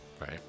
right